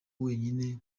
wenyine